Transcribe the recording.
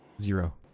zero